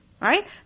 right